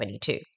2022